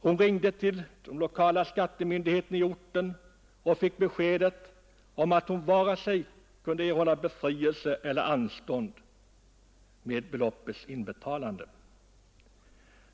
Hon ringde till den lokala skattemyndigheten i orten och fick beskedet att hon inte kunde erhålla vare sig befrielse från eller anstånd med beloppets inbetalande.